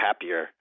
happier